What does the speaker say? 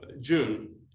June